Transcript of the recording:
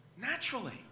naturally